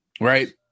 Right